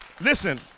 Listen